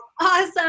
awesome